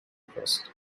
first